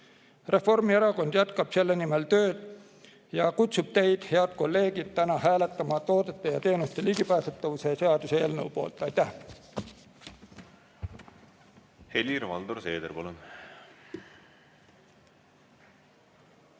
Reformierakond jätkab selle nimel tööd ja kutsub teid, head kolleegid, täna hääletama toodete ja teenuste ligipääsetavuse seaduse eelnõu poolt. Aitäh!